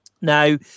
Now